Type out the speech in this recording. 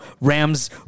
Rams